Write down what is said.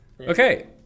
Okay